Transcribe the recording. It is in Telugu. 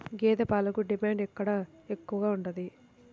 గేదె పాలకు డిమాండ్ ఎక్కడ ఎక్కువగా ఉంది?